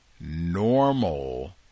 normal